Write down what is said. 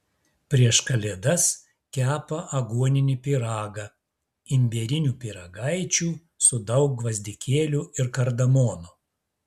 prieš kalėdas kepa aguoninį pyragą imbierinių pyragaičių su daug gvazdikėlių ir kardamono